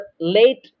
late